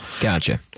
Gotcha